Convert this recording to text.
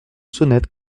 sonnette